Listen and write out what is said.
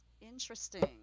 Interesting